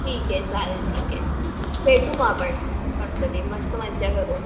ठीक आहे चालेल ठीक आहे भेटू मग आपण गणपती मस्त मजा करू